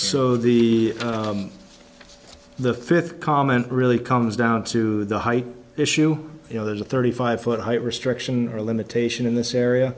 so the the fifth comment really comes down to the height issue you know there's a thirty five foot height restriction or limitation in this area